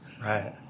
Right